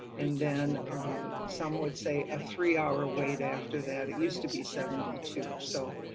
and then on some would say a three hour wait after that, it used to be seventy two. so,